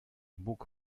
bóg